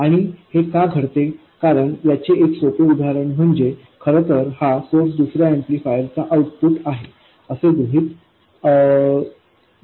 आणि हे का घडते कारण याचे एक सोपे उदाहरण म्हणजे खरं तर हा सोर्स दुसर्या ऍम्प्लिफायर चा आउटपुट आहे असे गृहीत धरणे